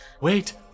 wait